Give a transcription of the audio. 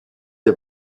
der